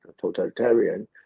totalitarian